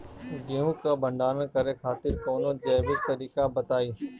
गेहूँ क भंडारण करे खातिर कवनो जैविक तरीका बताईं?